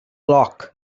lock